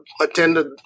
attended